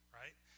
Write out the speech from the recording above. right